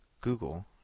Google